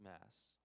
mass